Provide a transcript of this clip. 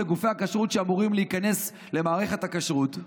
גופי הכשרות שאמורים להיכנס למערכת הכשרות,